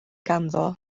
ganddo